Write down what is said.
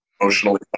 emotionally